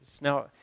Now